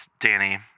Danny